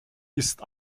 ist